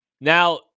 Now